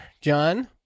John